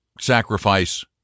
sacrifice